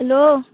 hello